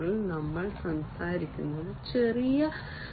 ഇവിടെ നമ്മൾ resource management വശങ്ങളെക്കുറിച്ചാണ് സംസാരിക്കുന്നത്